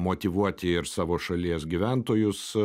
motyvuoti ir savo šalies gyventojus